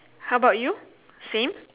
how about you same